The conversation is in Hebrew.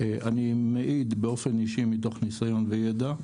אני מעיד באופן אישי מתוך ניסיון וידע,